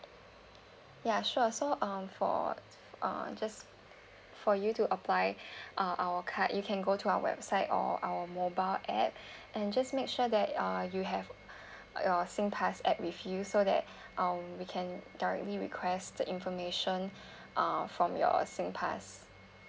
ya sure for um for uh just for you to apply uh our card you can go to our website or our mobile app and just make sure that uh you have your SingPass app with you so that um we can directly request the information uh from your SingPass